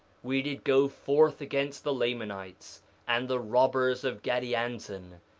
we did go forth against the lamanites and the robbers of gadianton,